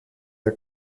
der